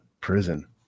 prison